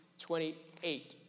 28